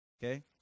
Okay